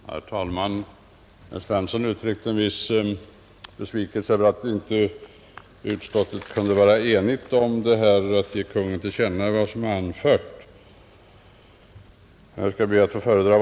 Herr talman! Herr Svensson i Kungälv uttryckte en viss besvikelse över att utskottet inte kunnat bli enigt om skrivningen att vad utskottet anfört borde ges Kungl. Maj:t till känna.